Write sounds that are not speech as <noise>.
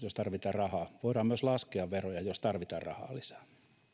<unintelligible> jos tarvitaan rahaa voidaan myös laskea veroja jos tarvitaan rahaa lisää